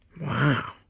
Wow